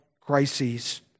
crises